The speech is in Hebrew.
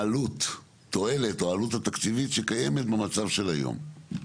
עלות-תועלת או עלות התקציבית שקיימת במצב של היום.